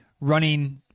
running